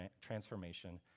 transformation